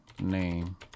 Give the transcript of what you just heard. name